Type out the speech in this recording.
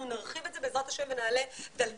נרחיב את זה בעזרת ה' ונעלה דרגה.